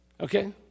Okay